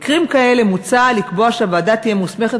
במקרים כאלה מוצע לקבוע שהוועדה תהיה מוסמכת